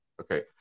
Okay